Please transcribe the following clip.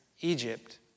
Egypt